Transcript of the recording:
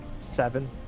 seven